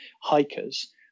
hikers